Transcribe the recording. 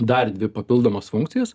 dar dvi papildomas funkcijas